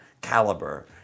Caliber